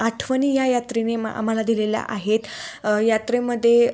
आठवणी या यात्रेने मा आम्हाला दिलेल्या आहेत यात्रेमध्ये